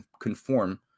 conform